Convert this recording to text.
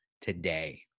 today